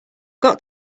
got